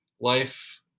life